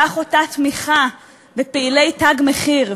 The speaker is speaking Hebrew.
כך אותה תמיכה בפעילי "תג מחיר",